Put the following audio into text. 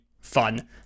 fun